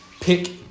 pick